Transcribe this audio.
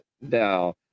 now